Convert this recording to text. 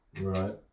Right